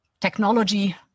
technology